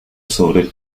sobre